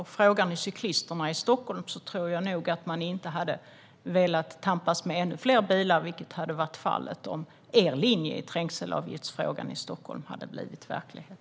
Om ni frågar cyklisterna i Stockholm tror jag att de inte hade velat tampas med ännu fler bilar, vilket hade blivit fallet om er linje i trängselavgiftsfrågan i Stockholm hade blivit verklighet.